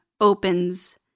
opens